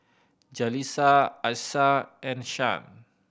Jaleesa Achsah and Shan